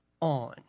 on